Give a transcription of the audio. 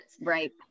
Right